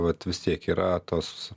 vat vis tiek yra tos